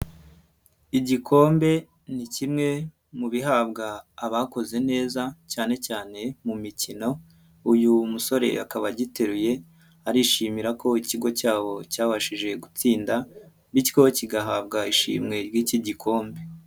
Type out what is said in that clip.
Igikombe ni kimwe mu bihabwa abakoze neza cyane cyane mu mikino, uyu musore akaba agiteruye arishimira ko ikigo cyabo cyabashije gutsinda, bityo kigahabwa ishimwe ry'iki gikombe.